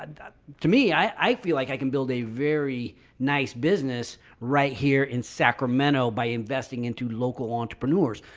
ah to me, i feel like i can build a very nice business right here in sacramento by investing into local entrepreneurs.